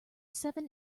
seven